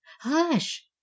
Hush